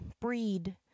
breed